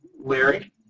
Larry